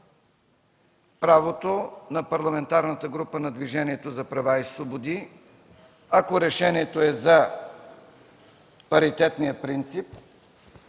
правото на Парламентарната група на Движението за права и свободи, ако решението е за паритетния принцип,